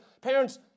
Parents